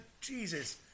Jesus